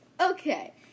Okay